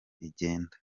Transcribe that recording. igenda